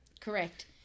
Correct